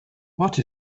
what